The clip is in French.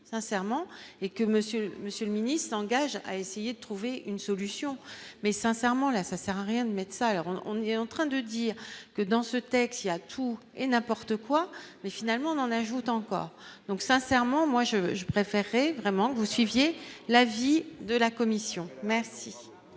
sincèrement et que Monsieur monsieur le ministre engage à essayer de trouver une solution, mais sincèrement, là, ça sert à rien de médecins alors on on est en train de dire que dans ce texte, il a tout et n'importe quoi mais finalement on en ajoute encore donc sincèrement, moi je, je préférerais vraiment que vous suiviez l'avis de la commission merci.